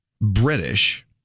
British